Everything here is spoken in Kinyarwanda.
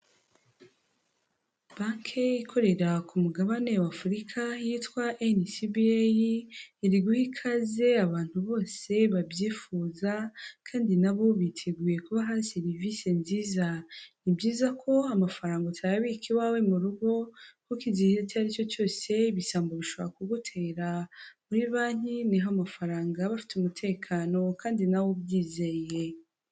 Banke ikorera ku mugabane w'Afurika yitwa NCBA iri guha ikaze abantu bose babyifuza kandi nabo biteguye kubaha serivisi nziza, ni byiza ko amafaranga utayabika iwawe mu rugo kuko igihe icyo ari cyo cyose ibisambo bishobora kugutera, muri banki niho amafaranga aba afite umutekano kandi nawe ubyizeye.